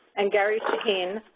and gary shaheen,